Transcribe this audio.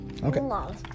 Okay